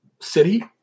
city